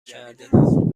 کردیم